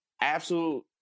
absolute